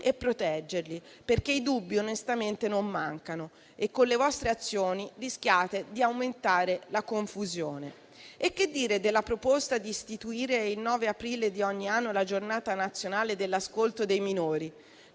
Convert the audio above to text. e proteggerli, perché i dubbi onestamente non mancano e con le vostre azioni rischiate di aumentare la confusione. Che dire, poi, della proposta di istituire il 9 aprile di ogni anno la Giornata nazionale dell'ascolto dei minori?